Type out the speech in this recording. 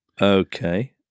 Okay